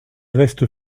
restes